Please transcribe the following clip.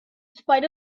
spite